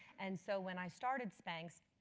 and so when i started spanx,